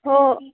ꯍꯣ